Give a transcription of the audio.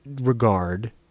regard